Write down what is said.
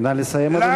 נא לסיים, אדוני.